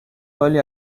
حالی